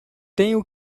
tenho